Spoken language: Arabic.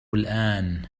الآن